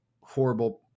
horrible